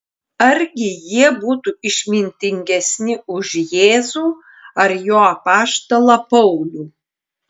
argi jie būtų išmintingesni už jėzų ar jo apaštalą paulių